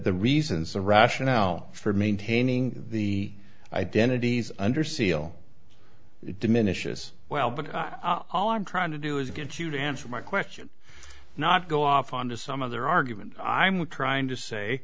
reasons the rationale for maintaining the identities under seal diminishes well but all i'm trying to do is get you to answer my question not go off on to some of their argument i'm trying to say